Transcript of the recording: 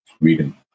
Reading